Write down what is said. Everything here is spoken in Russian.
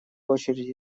очередь